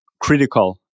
Critical